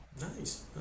Nice